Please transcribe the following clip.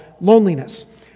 loneliness